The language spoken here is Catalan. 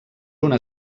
una